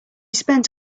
spent